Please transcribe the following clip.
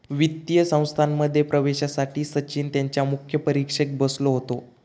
वित्तीय संस्थांमध्ये प्रवेशासाठी सचिन त्यांच्या मुख्य परीक्षेक बसलो होतो